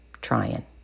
trying